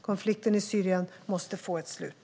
Konflikten i Syrien måste få ett slut.